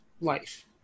life